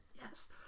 Yes